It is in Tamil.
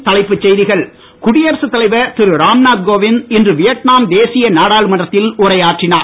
மீண்டும் தலைப்புச் செய்திகள் குடியரசு தலைவர் திரு ராம்நாத் கோவிந்த் இன்று வியட்நாம் தேசிய நாடாளுமன்றத்தில் உரையாற்றினார்